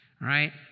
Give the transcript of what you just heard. right